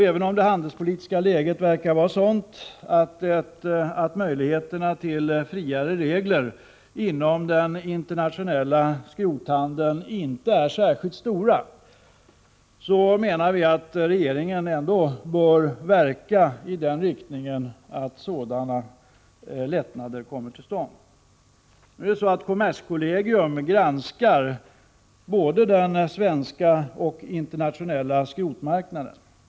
Även om det handespolitiska läget verkar vara sådant att möjligheterna till friare regler inom den internationella skrothandeln inte är särskilt stora, menar vi att regeringen ändå bör verka i en sådan riktning att lättnader kommer till stånd. Kommerskollegium granskar både den svenska och den internationella skrotmarknaden.